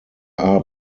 are